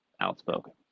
outspoken